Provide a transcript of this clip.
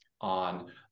on